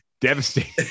devastating